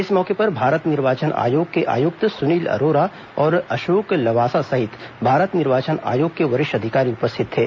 इस मौके पर भारत निर्वाचन आयोग के आयुक्त सुनील अरोरा और अशोक लवासा सहित भारत निर्वाचन आयोग के वरिष्ठ अधिकारी उपस्थित थे